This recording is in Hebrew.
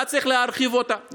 ואז צריך להרחיב אותה,